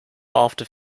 after